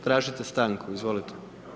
Tražite stanku, izvolite.